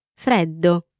freddo